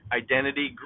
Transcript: identity